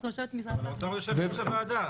אנחנו צריכים --- אבל האוצר יושב בראש הוועדה.